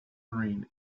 marine